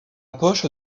poche